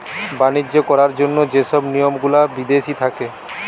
বাণিজ্য করার জন্য যে সব নিয়ম গুলা বিদেশি থাকে